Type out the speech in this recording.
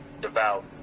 devout